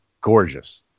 Gorgeous